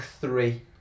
three